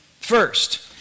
First